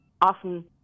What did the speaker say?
often